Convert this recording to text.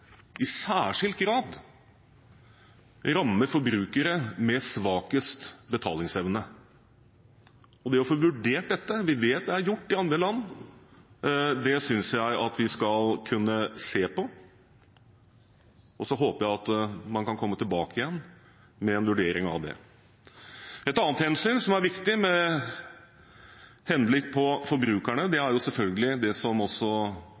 i særskilt grad rammer forbrukerne med svakest betalingsevne. Det å få vurdert dette – vi vet det er gjort i andre land – synes jeg vi skal kunne se på, og så håper jeg at man kan komme tilbake igjen med en vurdering av det. Et annet hensyn som er viktig med henblikk på forbrukerne, er selvfølgelig det som også